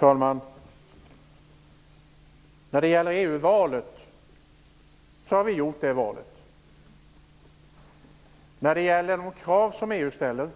Herr talman! Vi kan inte påverka grunderna i de krav som EU ställer,